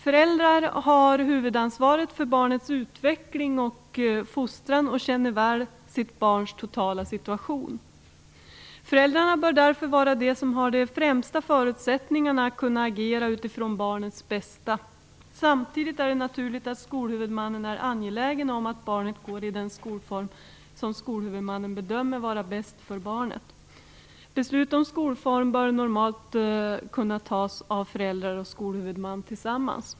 Föräldrarna har huvudansvaret för barnets utveckling och fostran och känner väl sitt barns totala situation. Föräldrarna bör därför vara de som har de främsta förutsättningarna att kunna agera utifrån barnets bästa. Samtidigt är det naturligt att skolhuvudmannen är angelägen om att barnet går i den skolform som skolhuvudmannen bedömer vara bäst för barnet. Beslut om skolform bör normalt kunna tas av föräldrar och skolhuvudman tillsammans.